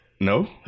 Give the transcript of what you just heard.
No